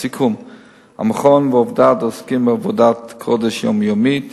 המכון ועובדיו עוסקים בעבודת קודש יומיומית.